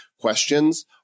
questions